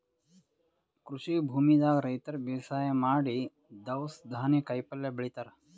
ಕೃಷಿ ಭೂಮಿದಾಗ್ ರೈತರ್ ಬೇಸಾಯ್ ಮಾಡಿ ದವ್ಸ್ ಧಾನ್ಯ ಕಾಯಿಪಲ್ಯ ಬೆಳಿತಾರ್